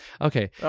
Okay